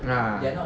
ya